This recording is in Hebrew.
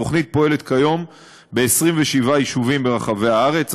התוכנית פועלת כיום ב-27 יישובים ברחבי הארץ.